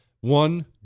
one